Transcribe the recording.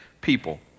people